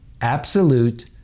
absolute